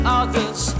others